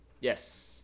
Yes